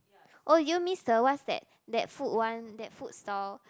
oh you miss the what's that that food one that food stall